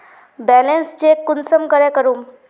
Balance check कुंसम करे करूम?